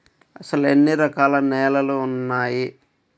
అసలు ఎన్ని రకాల నేలలు వున్నాయి?